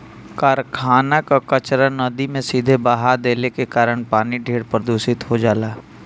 कारखाना कअ कचरा नदी में सीधे बहा देले के कारण पानी ढेर प्रदूषित हो जाला